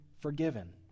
forgiven